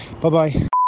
Bye-bye